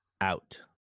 out